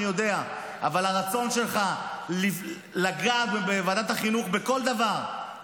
אבל הרצון שלך לגעת בוועדת החינוך בכל דבר,